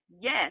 Yes